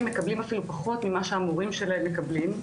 מקבלים אפילו פחות ממה שהמורים שלהם מקבלים.